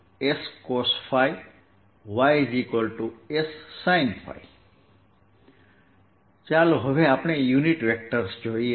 ના યામ વચ્ચેનો સંબંધ જોઈ શકો છો sx2y2 tan ϕyx xscosϕ yssinϕ ચાલો હવે આપણે યુનિટ વેક્ટર્સ જોઈએ